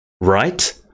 right